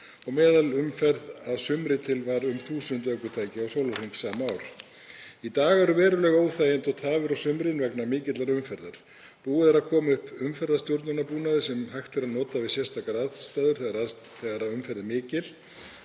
og meðalumferð að sumri til var um 1.000 ökutæki á sólarhring sama ár. Í dag eru veruleg óþægindi og tafir á sumrin vegna mikillar umferðar. Búið er að koma upp umferðarstjórnunarbúnaði sem hægt er að nota við sérstakar aðstæður þegar umferð er mikil,